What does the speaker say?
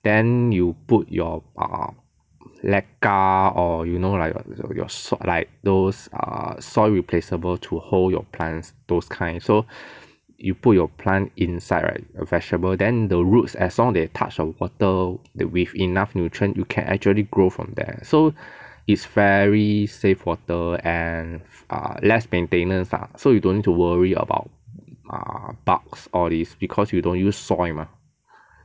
then you put your err LECA or you know like your soil like those err soy replaceable to hold your plants those kind so you put your plant inside right a vegetable then the roots as long they touched the water with enough nutrients you can actually grow from there so it's very save water and err less maintenance lah so you don't need to worry about err bugs all these because you don't use soil mah